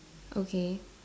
okay